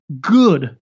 good